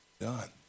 Done